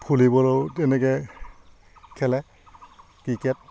ভলীবলো তেনেকৈ খেলে ক্ৰিকেট